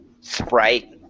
sprite